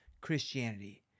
Christianity